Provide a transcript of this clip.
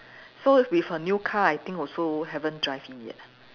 so with her new car I think also haven't drive in yet